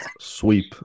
Sweep